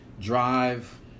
drive